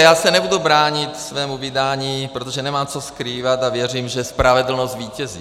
Já se nebudu bránit svému vydání, protože nemám co skrývat a věřím, že spravedlnost zvítězí.